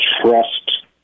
trust